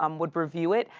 um would review it.